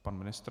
Pan ministr.